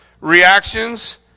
reactions